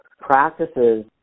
practices